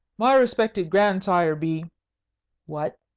my respected grandsire be what?